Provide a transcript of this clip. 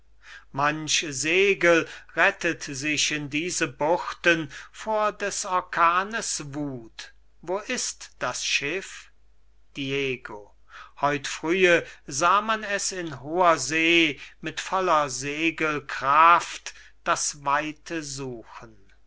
manch segel rettet sich in diese buchten vor des orkanes wuth wo ist das schiff diego heut frühe sah man es in hoher see mit voller segel kraft das weite suchen